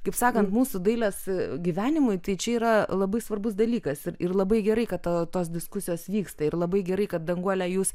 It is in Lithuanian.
kaip sakant mūsų dailės gyvenimui tai čia yra labai svarbus dalykas ir ir labai gerai kad tos diskusijos vyksta ir labai gerai kad danguole jūs